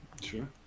Sure